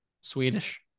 Swedish